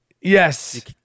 yes